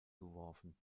geworfen